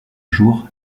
jour